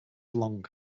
long